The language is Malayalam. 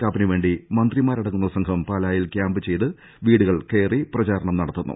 കാപ്പനുവേണ്ടി മന്ത്രിമാരടങ്ങുന്ന സംഘം പാലായിൽ കൃാമ്പ് ചെയ്ത് വീടു കൾ കയറി പ്രചരണം നടത്തുന്നു